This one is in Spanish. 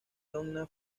donna